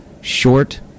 Short